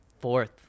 Fourth